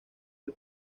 del